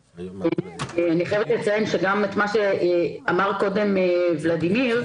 אני חייבת לציין את מה שאמר קודם ולדימיר,